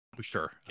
Sure